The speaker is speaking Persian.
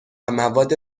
مواد